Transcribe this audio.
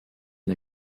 the